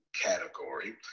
category